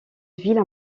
villes